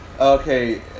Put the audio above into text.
Okay